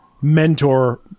mentor